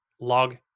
log